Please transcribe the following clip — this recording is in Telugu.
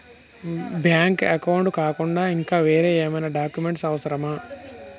బ్యాంక్ అకౌంట్ కాకుండా ఇంకా వేరే ఏమైనా డాక్యుమెంట్స్ అవసరమా?